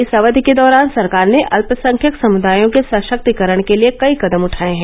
इस अवधि के दौरान सरकार ने अत्यसंख्यक समुदायों के सशक्तिकरण के लिए कई कदम उठाए हैं